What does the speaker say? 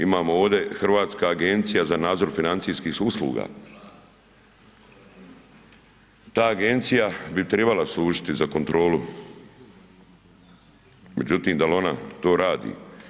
Imamo ovdje Hrvatska agencija za nadzor financijskih usluga, ta agencija bi trebala služiti za kontrolu, međutim dal ona to radi?